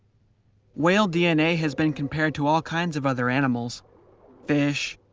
whale dna has been compared to all kinds of other animals fish,